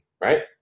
right